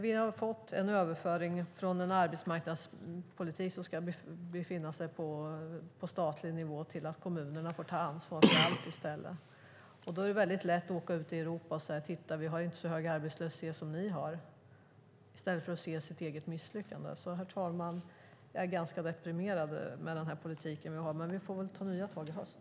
Vi har fått en överföring från en arbetsmarknadspolitik på statlig nivå till att kommunerna får ta ansvar för allt. Då är det väldigt lätt att åka ut i Europa och säga "titta, vi har inte så hög arbetslöshet som ni har", i stället för att se sitt eget misslyckande. Herr talman! Jag är ganska deprimerad över den här politiken, men vi får väl ta nya tag i höst.